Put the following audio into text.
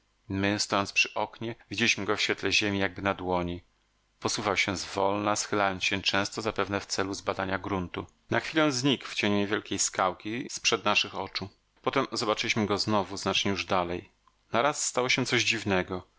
stojąc przy oknie widzieliśmy go w świetle ziemi jakby na dłoni posuwał się zwolna schylając się często zapewne w celu zbadania gruntu na chwilę znikł w cieniu niewielkiej skałki z przed naszych oczu potem zobaczyliśmy go znowu znacznie już dalej naraz stało się coś dziwnego